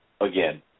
again